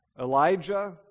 Elijah